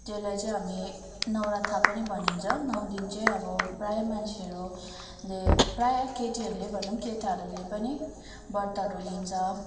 त्यसलाई चाहिँ हामी नौरथा पनि भनिन्छ नौ दिन चाहिँ अब प्रायः मान्छेहरूले प्रायः केटीहरूले भनौँ केटाहरूले पनि व्रतहरू लिन्छ